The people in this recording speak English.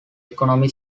economy